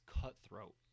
cutthroat